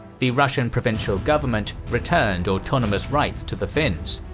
the russian provisional government returned autonomous rights to the finns.